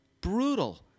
Brutal